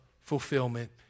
fulfillment